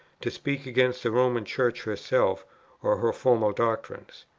to speak against the roman church herself or her formal doctrines.